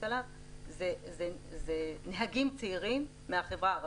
זה נהגים צעירים מהחברה הערבית.